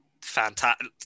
fantastic